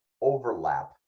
overlap